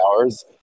hours